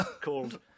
called